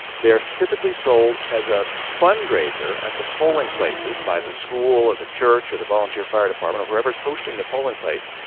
they are typically sold as a fundraiser at the polling places. oh. by the school or the church or the volunteer fire department or whoever's hosting the polling place.